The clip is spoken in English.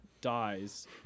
dies